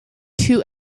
two